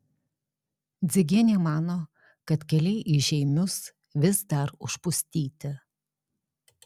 dzigienė mano kad keliai į žeimius vis dar užpustyti